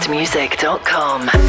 music.com